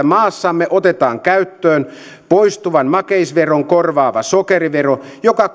maassamme otetaan käyttöön poistuvan makeisveron korvaava sokerivero joka